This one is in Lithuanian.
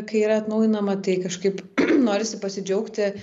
kai yra atnaujinama tai kažkaip norisi pasidžiaugti